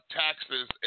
taxes